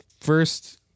first